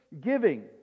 giving